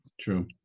True